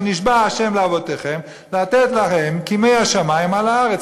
נשבע ה' לאבתיכם לתת לכם כימי השמים על הארץ".